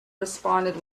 responded